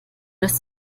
ist